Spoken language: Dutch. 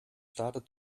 staten